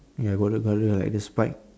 ya got the got the like the spike